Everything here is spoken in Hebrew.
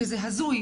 וזה הזוי.